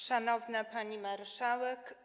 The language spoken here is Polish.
Szanowna Pani Marszałek!